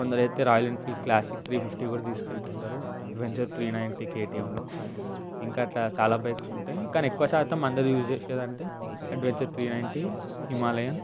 కొందరైతే Royal Enfield Classic three fifty కూడా తీసుకెళ్తుంటారు అడ్వెంచర్ త్రీ నైంటీ కేటీఎంలో ఇంకా చాలా బైక్స్ ఉంటాయి కానీ ఎక్కువ శాతం అందరూ యూజ్ చేసేది అంటే అడ్వెంచర్ త్రీ నైంటీ హిమాలయన్